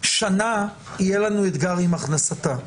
שנה יהיה לנו אתגר עם הכנסתה.